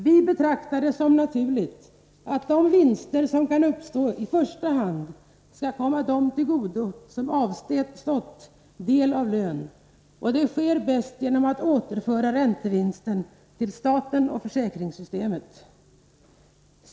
Vi betraktar det som naturligt att de vinster som kan uppstå i första hand skall komma dem till godo som avstått del av lön, och det sker bäst genom att man återför räntevinsten till staten och försäkringssystemet.